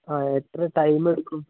ആ എത്ര ടൈമ് എടുക്കും